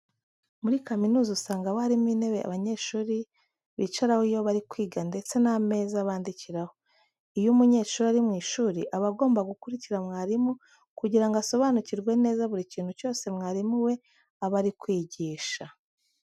Muri kaminuza usanga haba harimo intebe abanyeshuri bicaraho iyo bari kwiga ndetse n'ameza bandikiraho. Iyo umunyeshuri ari mu ishuri aba agomba gukurikira mwarimu kugira ngo asobanukirwe neza buri kintu cyose mwarimu we aba ari kwigisha.